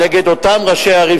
אותם ראשי ערים,